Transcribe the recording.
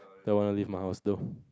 don't want to leave my house though